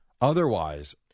Otherwise